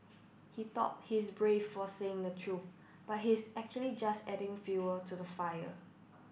he thought he's brave for saying the truth but he's actually just adding fuel to the fire